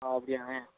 ஆ அப்படியாண்ணே